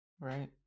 Right